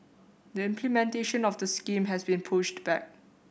the implementation of the scheme has been pushed back